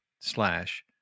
slash